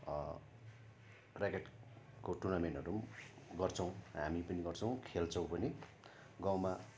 ऱ्याकेटको टुर्नामेन्टहरूम गर्छौँ हामी पनि गर्छौँ खेल्छौँ पनि गाउँमा